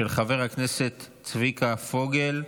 של חבר הכנסת צביקה פוגל.